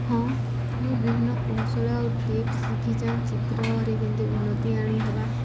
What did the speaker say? ହଁ ମୁଇଁ ବିଭିନ୍ନ କୌଶଳ ଆଉ ଟିପ୍ସ ଶିଖିଚେଁ ଚିତ୍ରରେ କେମିତି ଉନ୍ନତି ଆଣିହେବା